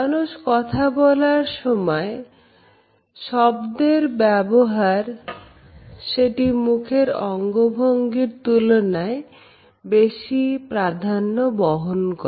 মানুষ কথা বলার সময় শব্দের ব্যবহার সেটি মুখের অঙ্গভঙ্গির তুলনায় বেশি প্রাধান্য বহন করে